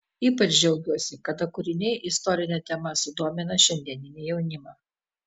ypač džiaugiuosi kada kūriniai istorine tema sudomina šiandieninį jaunimą